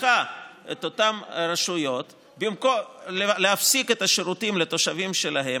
מכריחה את אותן רשויות להפסיק את השירותים לתושבים שלהן